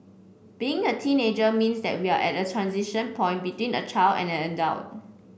being a teenager means that we're at a transition point between a child and an adult